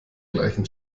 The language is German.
gleichen